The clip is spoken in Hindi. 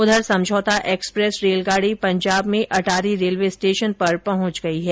उधर समझौता एक्स्प्रेस रेलगाड़ी पंजाब में अटारी रेलवे स्टेशन पर पहुंच गई है